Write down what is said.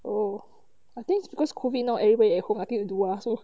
oh I think because COVID now everybody at home nothing to do ah so